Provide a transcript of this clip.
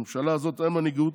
לממשלה הזאת אין מנהיגות,